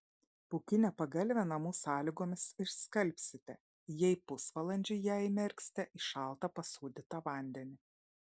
pūkinę pagalvę namų sąlygomis išskalbsite jei pusvalandžiui ją įmerksite į šaltą pasūdytą vandenį